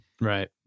Right